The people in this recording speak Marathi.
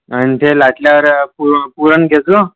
आणि ते लाटल्यावर पुरण घे